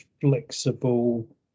flexible